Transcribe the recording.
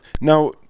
Now